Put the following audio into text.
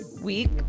week